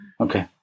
Okay